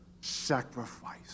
sacrifice